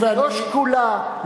לא שקולה,